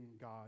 God